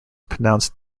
pronounced